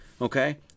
Okay